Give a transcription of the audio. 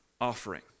offering